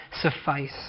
suffice